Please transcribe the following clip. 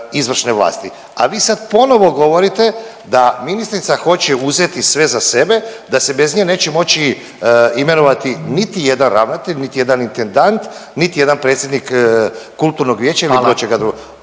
izvršne vlasti, a vi sad ponovo govorite da ministrica hoće uzeti sve za sebe, da se bez nje neće moći imenovati niti jedan ravnatelj, niti jedan intendant, niti jedan predsjednik kulturnog vijeća…/Upadica